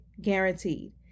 guaranteed